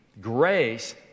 grace